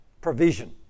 provision